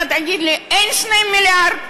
אתה תגיד לי, אין 2 מיליארד?